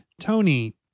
Tony